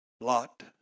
Lot